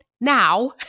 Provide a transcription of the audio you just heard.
now